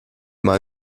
mal